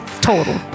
total